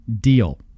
deal